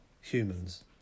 humans